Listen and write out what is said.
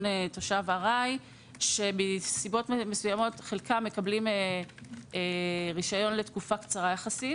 תושב ארעי שמסיבות מסוימות חלקם מקבלים רישיון לתקופה קצרה יחסית.